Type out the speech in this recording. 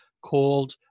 called